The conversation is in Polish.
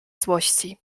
złości